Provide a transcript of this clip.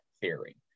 theory